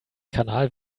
kanal